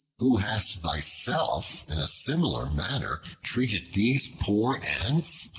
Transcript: who hast thyself in a similar manner treated these poor ants?